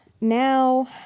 now